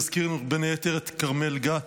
נזכיר בין היתר את כרמל גת,